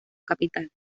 capital